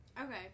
Okay